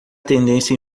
tendência